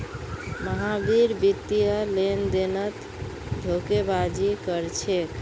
महावीर वित्तीय लेनदेनत धोखेबाजी कर छेक